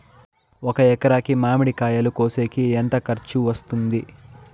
ఒక ఎకరాకి మామిడి కాయలు కోసేకి ఎంత ఖర్చు వస్తుంది?